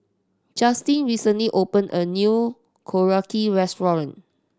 Justen recently opened a new Korokke Restaurant